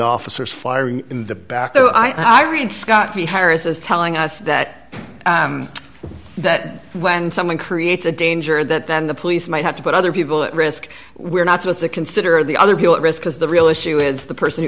officers firing in the back i read scotty harris is telling us that that when someone creates a danger that then the police might have to put other people at risk we're not supposed to consider the other people at risk because the real issue is the person who